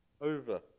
over